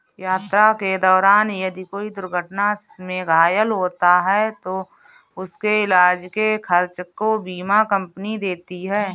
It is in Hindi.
यात्रा के दौरान यदि कोई दुर्घटना में घायल होता है तो उसके इलाज के खर्च को बीमा कम्पनी देती है